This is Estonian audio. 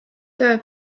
töö